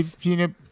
peanut